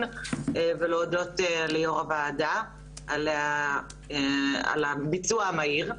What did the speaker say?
ולהודות ליושבת ראש הוועדה על הביצוע המהיר.